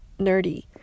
nerdy